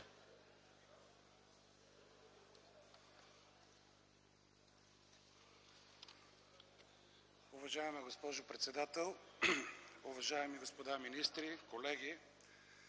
Уважаема госпожо председател, уважаеми господа министри, колеги!